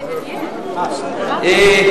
נדמה לי, לא תגנוב.